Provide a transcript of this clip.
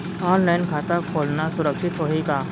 Online खाता खोलना सुरक्षित होही का?